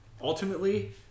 Ultimately